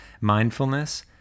mindfulness